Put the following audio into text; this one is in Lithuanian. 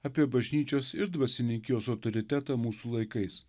apie bažnyčios ir dvasininkijos autoritetą mūsų laikais